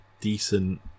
decent